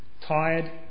tired